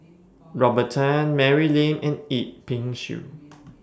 Robert Tan Mary Lim and Yip Pin Xiu